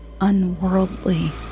unworldly